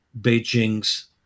Beijing's